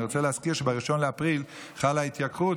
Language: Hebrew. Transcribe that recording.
אני רוצה להזכיר שב-1 באפריל תחול התייקרות,